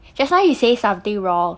just now you say something wrong